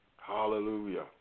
Hallelujah